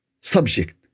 subject